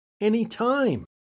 anytime